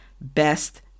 best